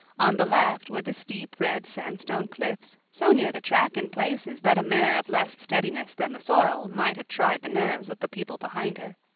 on the left were the steep red sandstone cliffs, so near the track in places that a mare of less steadiness than the sorrel might have tried the nerves of the people behind her.